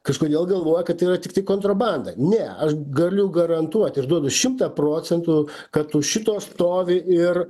kažkodėl galvoja kad yra tiktai kontrobanda ne aš galiu garantuot ir duodu šimtą procentų kad už šito stovi ir